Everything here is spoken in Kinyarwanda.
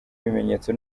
ibimenyetso